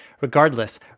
regardless